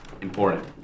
important